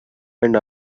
and